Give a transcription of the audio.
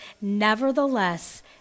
nevertheless